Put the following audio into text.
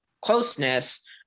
closeness